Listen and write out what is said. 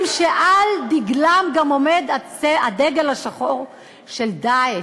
שעל דגלם גם עומד הדגל השחור של "דאעש".